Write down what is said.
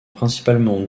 principalement